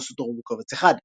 מדוע סודרו בקובץ אחד?